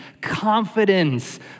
confidence